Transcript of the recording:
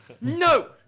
No